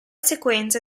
sequenza